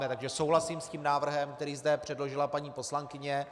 Takže souhlasím s tím návrhem, který zde předložila paní poslankyně.